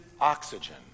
oxygen